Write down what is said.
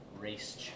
Race